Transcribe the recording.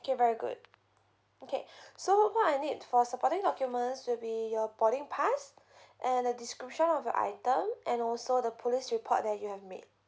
okay very good okay so what I need for supporting documents will be your boarding pass and the description of your item and also the police report that you have made